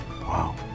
Wow